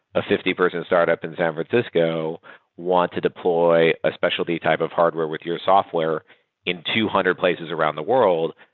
a fifty person startup in san francisco want to deploy a specialty type of hardware with your software in two hundred places around the world,